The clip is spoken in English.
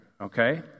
okay